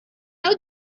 doubt